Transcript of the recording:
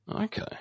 Okay